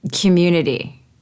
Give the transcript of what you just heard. community